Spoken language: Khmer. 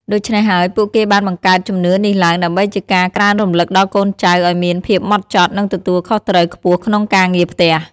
ដូច្នេះហើយ ពួកគេបានបង្កើតជំនឿនេះឡើង ដើម្បីជាការក្រើនរំលឹកដល់កូនចៅឱ្យមានភាពហ្មត់ចត់ និងទទួលខុសត្រូវខ្ពស់ក្នុងការងារផ្ទះ។